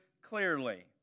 clearly